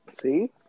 See